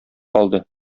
калды